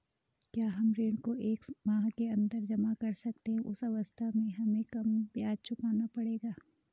क्या हम ऋण को एक माह के अन्दर जमा कर सकते हैं उस अवस्था में हमें कम ब्याज चुकाना पड़ेगा?